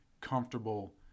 comfortable